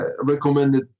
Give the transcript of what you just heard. recommended